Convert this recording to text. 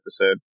episode